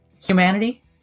humanity